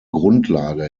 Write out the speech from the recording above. grundlage